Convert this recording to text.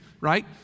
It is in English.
right